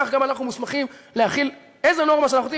כך גם אנו מוסמכים להחיל איזו נורמה שאנחנו רוצים,